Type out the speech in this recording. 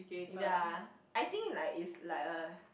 ya I think like is like a